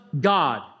God